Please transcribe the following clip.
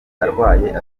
arwaye